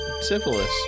syphilis